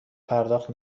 پرداخت